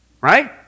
right